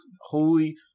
Holy